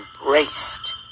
embraced